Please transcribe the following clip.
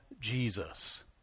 Jesus